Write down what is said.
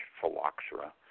phylloxera